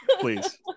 Please